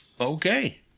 Okay